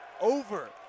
over